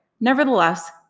Nevertheless